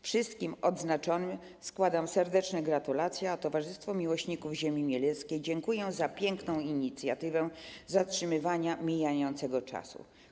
Wszystkim odznaczonym składam serdeczne gratulacje, a Towarzystwu Miłośników Ziemi Mieleckiej dziękuję za piękną inicjatywę zatrzymywania mijającego czasu.